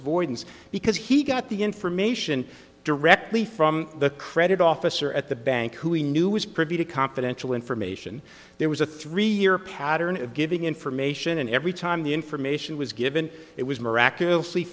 avoidance because he got the information directly from the credit officer at the bank who he knew was privy to confidential information there was a three year pattern of giving information and every time the information was given it was miraculously